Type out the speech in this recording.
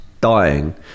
dying